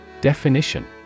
Definition